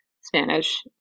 Spanish